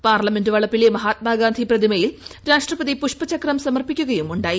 parliament വളപ്പിലെ മഹാത്മാഗാന്ധി പ്രതിമയിൽ രാഷ്ട്രപതി പൂഷ്പചക്രം ് സമർപ്പിക്കുകയും ഉ ായി